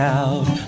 out